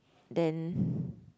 then